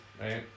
right